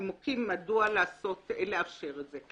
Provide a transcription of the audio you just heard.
יש נימוקים מדוע לאפשר את זה.